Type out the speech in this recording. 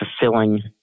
fulfilling